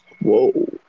Whoa